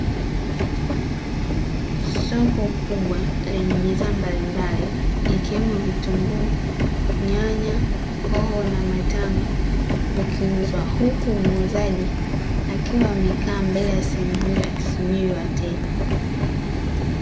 Soko kubwa lenye bidhaa mbalimbali ikiwemo vitunguu, nyanya, hoho na matango vikiuzwa. Huku muuzaji akiwa amekaa mbele ya sehemu hiyo akisubiri wateja.